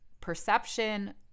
perception